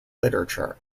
literature